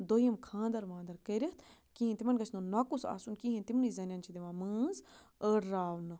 دٔیِم خانٛدَر وانٛدَر کٔرِتھ کِہیٖنۍ تِمَن گَژھِ نہٕ نۄکُس آسُن کِہیٖنۍ تِمنٕے زَنٮ۪ن چھِ دِوان مٲنٛز أڑراونہٕ